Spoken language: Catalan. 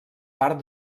part